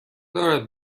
دارد